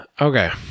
Okay